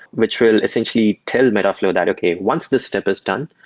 which will essentially tell metaflow that, okay. once this step is done,